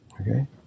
Okay